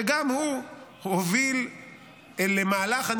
שגם הוא הוביל מהלך שהוא,